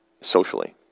socially